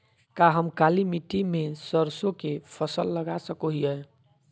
का हम काली मिट्टी में सरसों के फसल लगा सको हीयय?